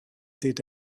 did